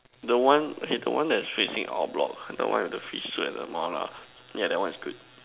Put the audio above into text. the one okay the one that is facing out block that out face street the one yeah that one is good